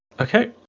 okay